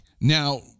now